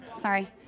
sorry